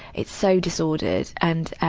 it's so disordered and,